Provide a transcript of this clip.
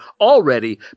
already